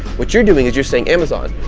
what you're doing is you're saying, amazon,